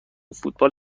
فوتبال